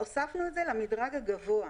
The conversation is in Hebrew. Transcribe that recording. והוספנו את זה למדרג הגבוה.